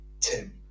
Tim